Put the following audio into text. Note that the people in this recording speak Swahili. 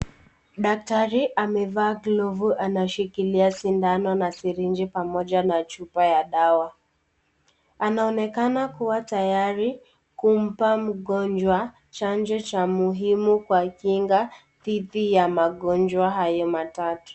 Daktari amevaa glovu anashikilia sindano na siringi pamoja na chupa ya dawa. Anaonekana kuwa tayari kumpa mgonjwa chanjo cha muhimu kwa kinga, dhidi ya magonjwa hayo matatu.